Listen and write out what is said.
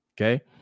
Okay